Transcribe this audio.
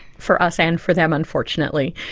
for us and for them unfortunately.